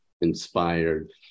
inspired